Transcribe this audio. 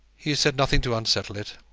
he has said nothing to unsettle it.